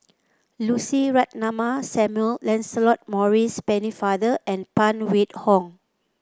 Lucy Ratnammah Samuel Lancelot Maurice Pennefather and Phan Wait Hong